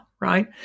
right